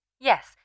Yes